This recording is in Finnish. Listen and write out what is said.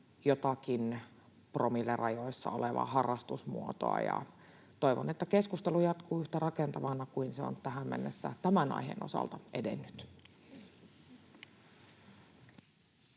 jotakin promillen rajoissa olevaa harrastusmuotoa. Toivon, että keskustelu jatkuu yhtä rakentavana kuin se on tähän mennessä tämän aiheen osalta edennyt.